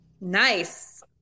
Nice